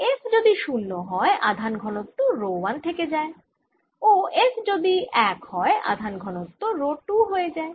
f যদি 0 হয় আধান ঘনত্ব রো 1 থেকে যায় ও f যদি 1 হয় আধান ঘনত্ব রো 2 হয়ে যায়